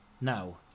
now